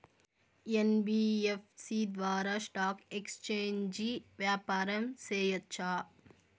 NBFC ద్వారా stock exchange వ్యాపారం సేయొచ్చా?